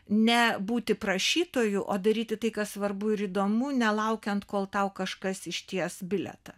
ne būti prašytoju o daryti tai kas svarbu ir įdomu nelaukiant kol tau kažkas išties bilietą